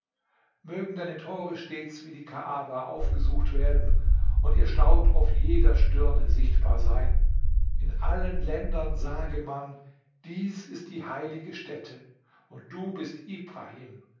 mögen deine tore stets wie die kaaba aufgesucht werden und ihr staub auf jeder stirne sichtbar sein in allen ländern sage man dies ist die heilige stätte und du bist ibrahim